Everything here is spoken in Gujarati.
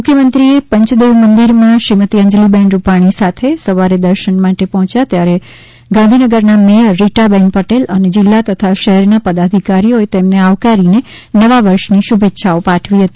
મુખ્યમંત્રીશ્રી પંચદેવ મંદિર શ્રીમતી અંજલિ બહેન રૂપાણી સાથે સવારે દર્શન માટે પહોચ્યા ત્યારે ગાંધીનગરના મેયર રીટાબહેન પટેલ અને જિલ્લા તથા શહેરના પદાધિકારીઓએ તેમને આવકારી નવા વર્ષ ની શુભેચ્છા પાઠવી હતી